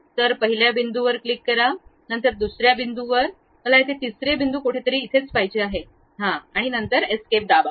तर पहिल्या बिंदूवर क्लिक करा नंतर दुसर्या बिंदूवर मला येथे तिसरे बिंदू कोठेतरी पाहिजे आहे नंतर एस्केप दाबा